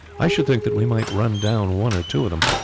i should think that we might run down one or two of them.